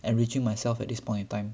enriching myself at this point in time